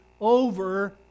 over